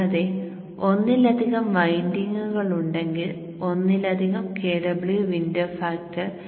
കൂടാതെ ഒന്നിലധികം വൈൻഡിംഗുകൾ ഉണ്ടെങ്കിൽ ഒന്നിലധികം Kw വിൻഡോ ഫാക്ടർ 0